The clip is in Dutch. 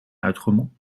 uitgommen